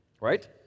Right